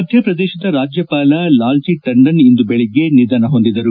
ಮಧ್ಯಪ್ರದೇಶದ ರಾಜ್ಯಪಾಲ ಲಾಲ್ಜಿ ಟಂಡನ್ ಇಂದು ಬೆಳಗ್ಗೆ ನಿಧನ ಹೊಂದಿದರು